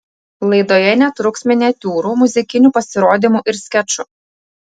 laidoje netruks miniatiūrų muzikinių pasirodymų ir skečų